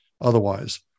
otherwise